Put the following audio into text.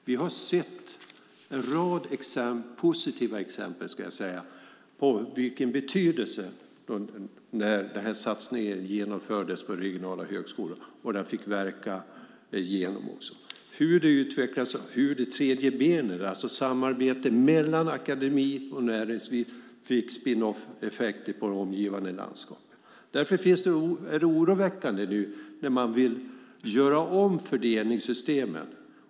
Vi har sett en rad positiva exempel på vilken betydelse satsningen på regionala högskolor hade när den genomfördes och fick verka. Det utvecklades ett tredje ben. Samarbetet mellan akademi och näringsliv fick spin off-effekter på de omgivande landskapen. Därför är det oroväckande när man vill göra om fördelningssystemen.